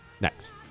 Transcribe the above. Next